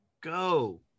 go